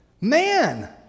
Man